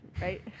right